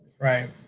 Right